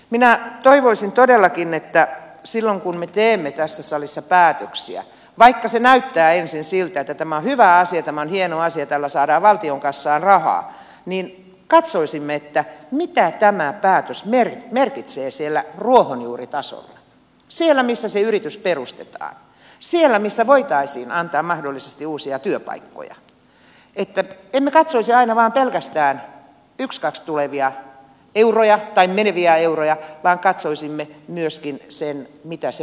minä toivoisin todellakin että silloin kun me teemme tässä salissa päätöksiä vaikka näyttää ensin siltä että tämä on hyvä asia tämä on hieno asia tällä saadaan valtion kassaan rahaa katsoisimme mitä tämä päätös merkitsee ruohonjuuritasolla siellä missä se yritys perustetaan siellä missä voitaisiin antaa mahdollisesti uusia työpaikkoja että emme katsoisi aina vain pelkästään ykskaks tulevia euroja tai meneviä euroja vaan katsoisimme myöskin sen miten se vaikuttaa myöhemmin